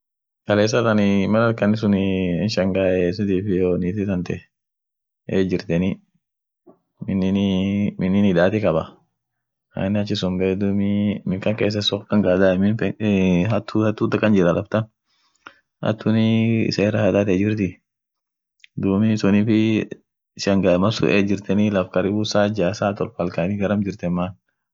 suzilandini adan ishia birria adan ishian toko ta afaan ishin dubetu sadii kizungune hidubet jamanine hidubet ta frenchine inum dubetie dumii ada ishia tadibinii won birri kabd mambo yaani gana sun faa advetch yeden kanivoli iyo spring festivals sagale ishin nyaatu milking chizi familine woni muhimua viumbe muhimua lila heshimani famili won familia lilia heshimani